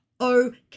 okay